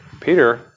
Peter